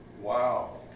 wow